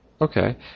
Okay